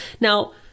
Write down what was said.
Now